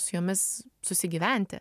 su jomis susigyventi